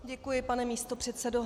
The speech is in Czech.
Děkuji, pane místopředsedo.